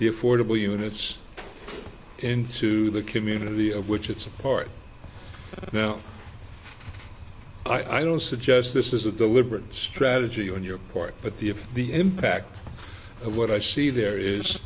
the affordable units into the community of which it support i don't suggest this is a deliberate strategy on your port but the if the impact of what i see there is